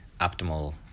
optimal